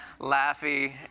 laughy